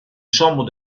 chambre